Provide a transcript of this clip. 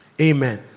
amen